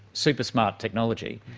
super-smart technology,